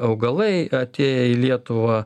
augalai atėję į lietuvą